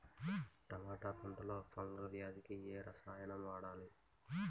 టమాటా పంట లో ఫంగల్ వ్యాధికి ఏ రసాయనం వాడాలి?